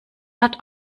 hat